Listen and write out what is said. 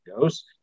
goes